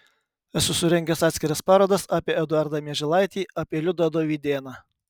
esu surengęs atskiras parodas apie eduardą mieželaitį apie liudą dovydėną